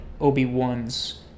Obi-Wan's